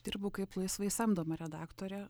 dirbu kaip laisvai samdoma redaktorė